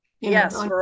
yes